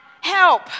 help